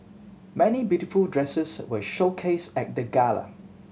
many beautiful dresses were showcased at the gala